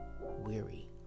weary